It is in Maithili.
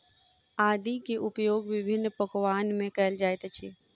आदी के उपयोग विभिन्न पकवान में कएल जाइत अछि